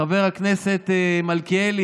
חבר הכנסת מלכיאלי,